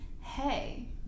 hey